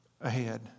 ahead